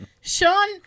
sean